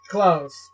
Close